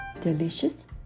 delicious